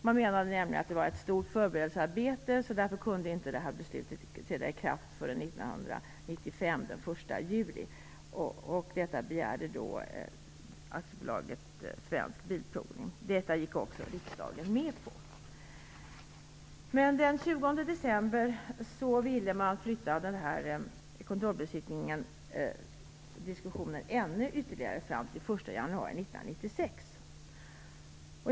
Man menade nämligen att det var ett stort förberedelsearbete, och därför kunde beslutet inte träda i kraft förrän den 1 juli 1995. Detta begärde AB Svensk Bilprovning. Detta gick också riksdagen med på. Den 20 december ville man flytta datumet ytterligare framåt - till den 1 januari 1996.